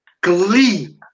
Glee